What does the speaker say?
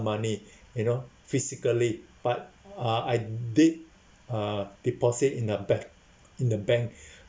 money you know physically but uh I did uh deposit in her bank in the bank